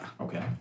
Okay